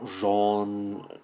Jean